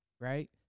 right